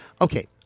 okay